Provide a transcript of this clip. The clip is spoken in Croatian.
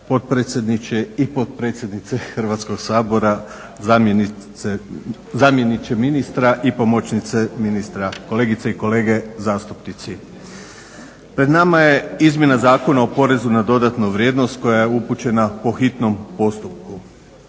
potpredsjedniče i potpredsjednice Hrvatskog sabora, zamjeniče ministra i pomoćnice ministar, kolegice i kolege zastupnici. Pred nama je izmjena Zakona o porezu na dodanu vrijednost koja je upućena po hitnom postupku.